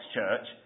Church